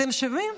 אתם שומעים?